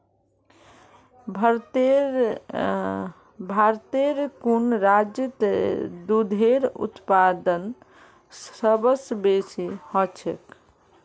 भारतेर कुन राज्यत दूधेर उत्पादन सबस बेसी ह छेक